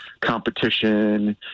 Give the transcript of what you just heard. competition